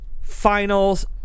finals